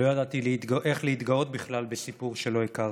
לא ידעתי איך להתגאות בכלל בסיפור שלא הכרתי.